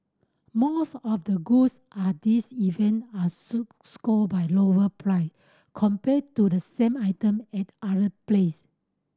most of the goods at these event are score by lower price compared to the same item at other place